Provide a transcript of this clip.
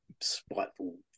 spiteful